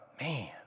man